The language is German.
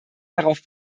darauf